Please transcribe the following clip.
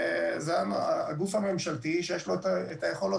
וזה הגוף הממשלתי שיש לו את היכולות